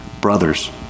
brothers